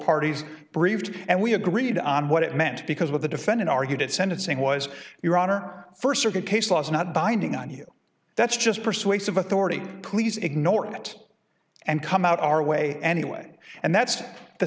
parties breathed and we agreed on what it meant because what the defendant argued at sentencing was your honor first circuit case law is not binding on you that's just persuasive authority please ignore it and come out our way anyway and that's the